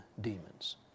demons